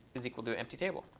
is equal to empty table.